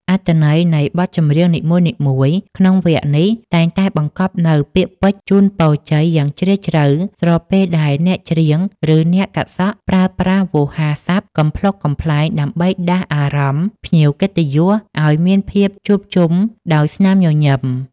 អត្ថន័យនៃបទចម្រៀងនីមួយៗក្នុងវគ្គនេះ តែងតែបង្កប់នូវពាក្យពេចន៍ជូនពរជ័យយ៉ាងជ្រាលជ្រៅ ស្របពេលដែលអ្នកច្រៀង ឬអ្នកកាត់សក់ ប្រើប្រាស់វោហារស័ព្ទកំប្លុកកំប្លែងដើម្បីដាស់អារម្មណ៍ភ្ញៀវកិត្តិយសឱ្យមានភាពជួបជុំដោយស្នាមញញឹម។